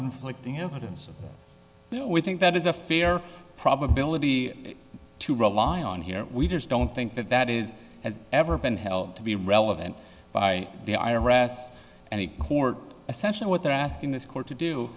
conflicting evidence there we think that is a fair probability to rely on here we just don't think that that is has ever been held to be relevant by the iraqis and the court essentially what they're asking this court to do